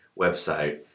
website